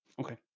Okay